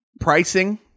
Pricing